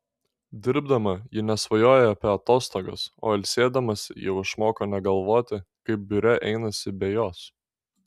dirbdama ji nesvajoja apie atostogas o ilsėdamasi jau išmoko negalvoti kaip biure einasi be jos